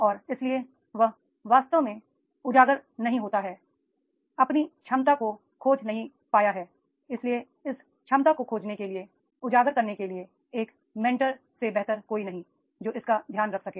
और इसलिए वह वास्तव में उजागर नहीं होता है अपनी क्षमता को खोज नहीं पाया है इसलिए इस क्षमता को खोजने के लिए उजागर करने के लिए एक मेंटर बेहतर कोई नहीं है जो इसका ध्यान रख सके